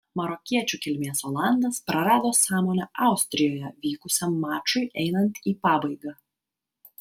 marokiečių kilmės olandas prarado sąmonę austrijoje vykusiam mačui einant į pabaigą